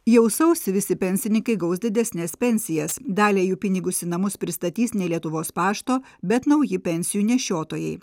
jau sausį visi pensininkai gaus didesnes pensijas daliai jų pinigus į namus pristatys ne lietuvos pašto bet nauji pensijų nešiotojai